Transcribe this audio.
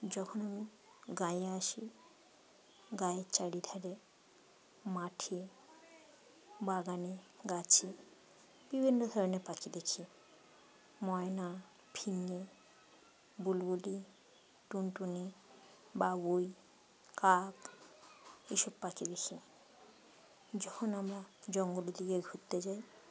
যখন আমি গাঁয়ে আসি গাঁয়ের চারিধারে মাঠে বাগানে গাছে বিভিন্ন ধরনের পাখি দেখি ময়না ফিঙে বুলবুলি টুনটুনি বাবুই কাক এসব পাখি দেখি যখন আমরা জঙ্গলের দিকে ঘুরতে যাই